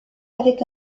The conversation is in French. avec